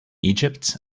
egypt